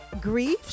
grief